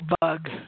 bug